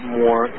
more